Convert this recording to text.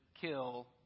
kill